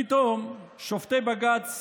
פתאום שופטי בג"ץ